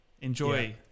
Enjoy